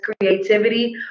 creativity